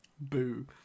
Boo